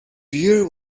beer